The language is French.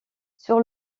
sur